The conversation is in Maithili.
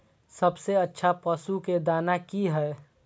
सबसे अच्छा पशु के दाना की हय?